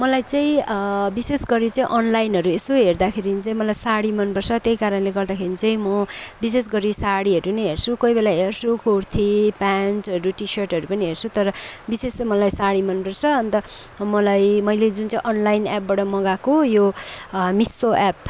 मलाई चाहिँ विशेष गरी चाहिँ अनलाइनहरू यसो हेर्दाखेरि चाहिँ मलाई सारी मन पर्छ त्यही कारणले गर्दाखेरि चाहिँ म विशेष गरी सारीहरू नै हेर्छु कोही बेला हेर्छु कुर्ती प्यान्टहरू टी सर्टहरू पनि हेर्छु तर विशेष चाहिँ मलाई सारी मन पर्छ अन्त मलाई मैले जुन चाहिँ अनलाइन एप्पबाट मगाएको यो मिसो एप्प